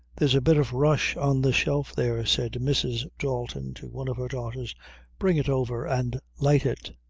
there's a bit of rush on the shelf there, said mrs. dalton to one of her daughters bring it over and light it.